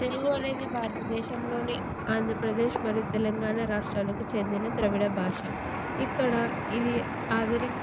తెలుగు అనేది భారతదేశంలోని ఆంధ్రప్రదేశ్ మరియు తెలంగాణ రాష్ట్రాలకు చెందిన ద్రవిడ భాష ఇక్కడ ఇది అదిరిక్